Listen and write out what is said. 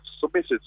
submitted